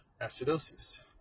acidosis